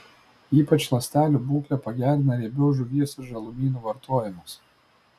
ypač ląstelių būklę pagerina riebios žuvies ir žalumynų vartojimas